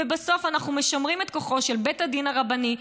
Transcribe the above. ובסוף אנחנו משמרים את כוחו של בית הדין הרבני.